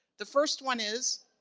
the first one is,